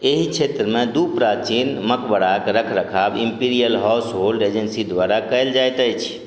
एहि क्षेत्रमे दू प्राचीन मकबराक रखरखाव इम्पीरियल हाउस होल्ड एजेन्सी द्वारा कयल जाइत अछि